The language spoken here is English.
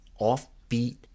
offbeat